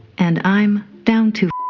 and i'm down to